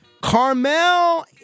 Carmel